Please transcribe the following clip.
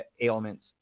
ailments